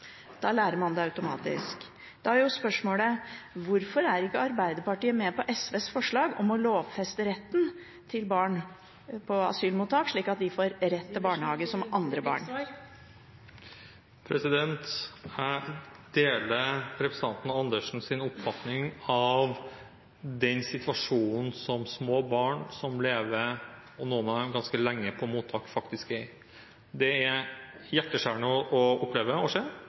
da lærer man det automatisk. Da er spørsmålet: Hvorfor er ikke Arbeiderpartiet med på SVs forslag om å lovfeste at barn på asylmottak har rett til barnehage, som andre barn? Jeg deler representanten Andersens oppfatning av den situasjonen små barn som lever på mottak – og noen ganske lenge – faktisk er i. Det er hjerteskjærende å se og oppleve.